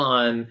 on